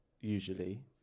usually